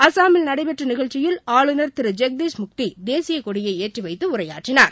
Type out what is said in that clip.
அஸ்ஸாமில் நடைபெற்ற நிகழ்ச்சியில் ஆளுநர் திரு ஜெக்தீஷ் முக்தி தேசியக்கொடியை ஏற்றிவைத்து உரையாற்றினார்